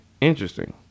interesting